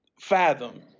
fathom